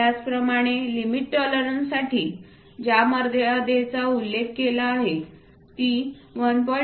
त्याचप्रमाणे लिमिट टॉलरन्ससाठी ज्या मर्यादेचा उल्लेख केला आहे ती 1